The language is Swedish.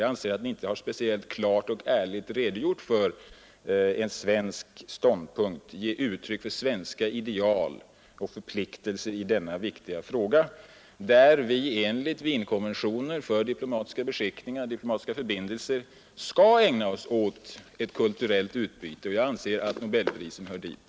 Jag anser 13 att man inte speciellt klart och ärligt har redogjort för en svensk ståndpunkt, givit uttryck för svenska ideal och förpliktelser i denna viktiga fråga. Enligt Wienkonventioner för diplomatiska förbindelser skall vi ägna oss åt ett kulturellt utbyte — och jag anser att nobelprisen hör dit.